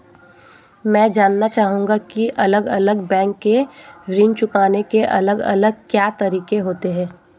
मैं जानना चाहूंगा की अलग अलग बैंक के ऋण चुकाने के अलग अलग क्या तरीके होते हैं?